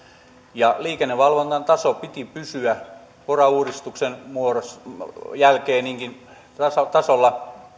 ja liikennevalvonnan tason piti pysyä pora uudistuksen jälkeen kaksituhattakaksitoista tasolla